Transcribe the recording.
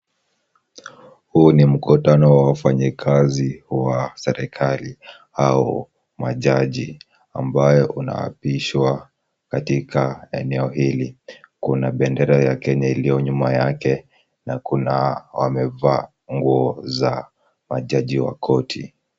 Huu ni mkutano wa wafanyikazi wa serikali au majaji ambayo unaapishwa katika eneo hili. Kuna bendera ya Kenya iliyo nyuma yake na kuna wamevaa nguo za majaji wa koti.